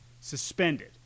Suspended